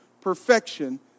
perfection